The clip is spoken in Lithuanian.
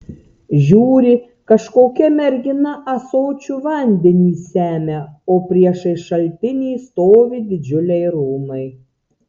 žiūri kažkokia mergina ąsočiu vandenį semia o priešais šaltinį stovi didžiuliai rūmai